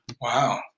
Wow